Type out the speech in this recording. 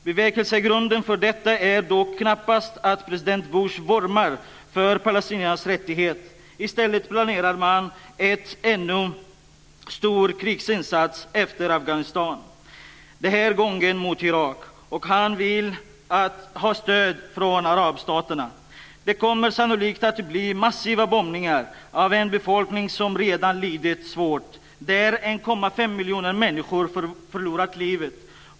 Bevekelsegrunden för detta är dock knappast att president Bush vurmar för palestiniernas rättigheter. I stället planerar han ännu en stor krigsinsats efter Afghanistan. Den här gången mot Irak. Och han vill ha stöd från arabstaterna. Det kommer sannolikt att bli massiva bombningar av en befolkning som redan lidit svårt, och där 1,5 miljoner människor förlorat livet.